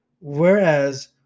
Whereas